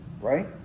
right